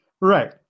Right